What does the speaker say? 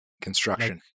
construction